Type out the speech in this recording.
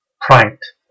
pranked